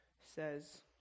says